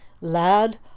Lad